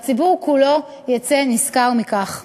והציבור כולו יצא נשכר מכך.